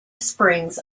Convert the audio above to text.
springs